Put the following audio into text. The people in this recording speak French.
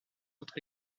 autre